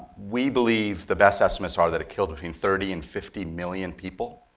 we believe the best estimates are that it killed between thirty and fifty million people,